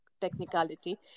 technicality